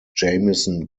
jamison